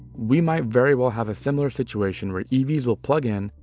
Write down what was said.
we might very well have a similar situation where evs will plug in,